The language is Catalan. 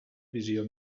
visió